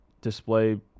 display